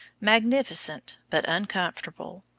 magnificent but uncomfortable.